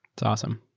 it's awesome.